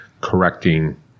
correcting